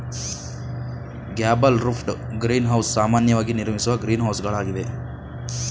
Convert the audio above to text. gable roofed greenhouse ಸಾಮಾನ್ಯವಾಗಿ ನಿರ್ಮಿಸುವ ಗ್ರೀನ್ಹೌಸಗಳಾಗಿವೆ